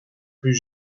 plus